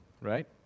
right